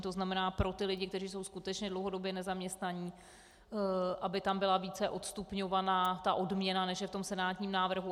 To znamená pro ty lidi, kteří jsou skutečně dlouhodobě nezaměstnaní, aby tam byla více odstupňována ta odměna, než je v senátním návrhu.